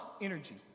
energy